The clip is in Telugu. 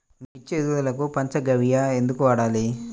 మిర్చి ఎదుగుదలకు పంచ గవ్య ఎందుకు వాడాలి?